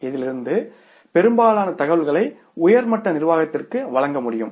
இதிலிருந்து பெரும்பாலான தகவல்களை உயர் மட்ட நிர்வாகத்திற்கு வழங்க முடியும்